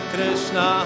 Krishna